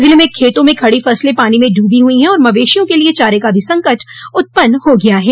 जिले में खेतों में खड़ी फसलें पानी में डूबी हुई है और मवेशियों के लिए चारे का भी संकट उत्पन्न हो गया है